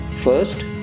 First